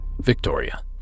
Victoria